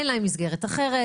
אין להם מסגרת אחרת,